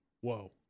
whoa